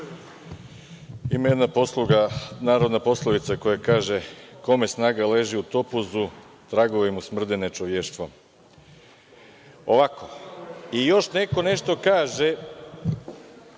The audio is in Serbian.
Ima jedna narodna poslovica koja kaže: „Kome snaga leži topuzu, tragovi mu smrde nečovještvom“. I još neko nešto kaže